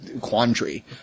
quandary